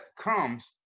comes